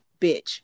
bitch